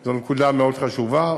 זה נקודה מאוד חשובה.